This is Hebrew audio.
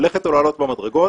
ללכת או לעלות במדרגות,